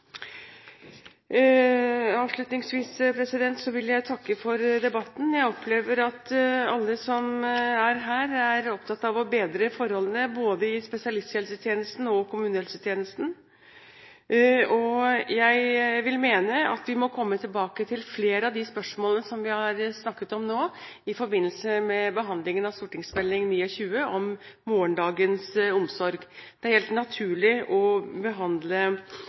Avslutningsvis vil jeg takke for debatten. Jeg opplever at alle som er her, er opptatt av å bedre forholdene både i spesialisthelsetjenesten og kommunehelsetjenesten. Jeg vil mene at vi må komme tilbake til flere av spørsmålene vi har snakket om nå i forbindelse med behandlingen av Meld. St. 29 for 2012–2013 Morgendagens omsorg. Det er helt naturlig å behandle